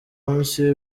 munsi